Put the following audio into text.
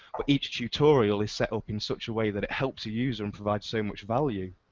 each tutorial is set up in such a way that it helps the user in providing so much value,